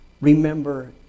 Remember